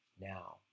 now